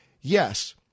Yes